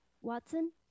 Watson